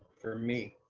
for me.